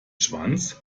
schwanz